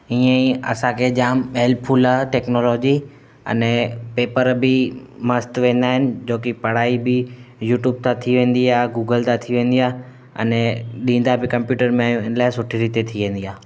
ईअं ई असांखे जाम हेल्पफुल आहे टेक्नोलॉजी अने पेपर बि मस्तु वेंदा आहिनि जो की पढ़ाई बि यूट्यूब था थी वेंदी आहे गूगल था थी वेंदी आहे अने ॾींदा बि कंप्यूटर में आहियूं हिन लाइ सुठी रीति थी वेंदी आहे